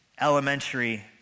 elementary